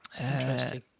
Interesting